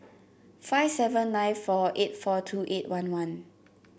five seven nine four eight four two eight one one